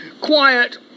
quiet